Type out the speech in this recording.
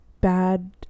bad